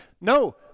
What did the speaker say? No